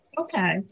Okay